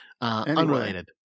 Unrelated